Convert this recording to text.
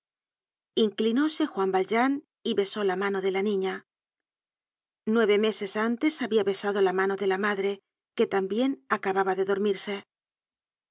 inclinóse juan valjean y besó la mano de la niña nueve meses antes habia besado la mano de la madre que tambien acababa de dormirse